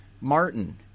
Martin